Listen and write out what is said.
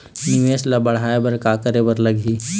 निवेश ला बढ़ाय बर का करे बर लगही?